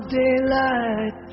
daylight